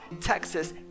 Texas